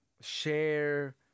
share